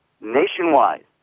nationwide